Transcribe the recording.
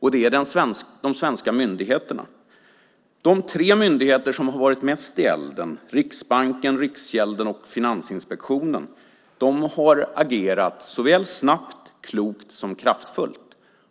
nämligen de svenska myndigheterna. De tre myndigheter som har varit mest i elden - Riksbanken, Riksgälden och Finansinspektionen - har agerat såväl snabbt, klokt som kraftfullt.